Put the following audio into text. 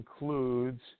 includes